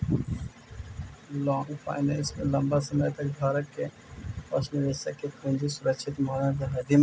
long finance में लंबा समय तक धारक के पास निवेशक के पूंजी सुरक्षित मानल जा हई